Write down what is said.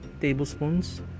tablespoons